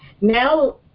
Now